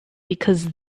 because